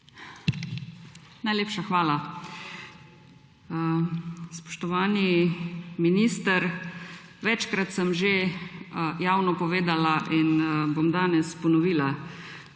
Najlepša hvala. Spoštovani minister, večkrat sem že javno povedala in bom danes ponovila.